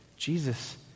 Jesus